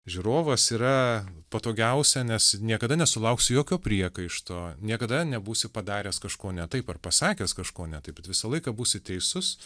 žiūrovas yra patogiausia nes niekada nesulauksi jokio priekaišto niekada nebūsi padaręs kažko ne taip ar pasakęs kažko ne taip bet visą laiką būsi teisus